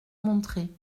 montrer